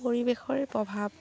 পৰিৱেশৰ প্ৰভাৱ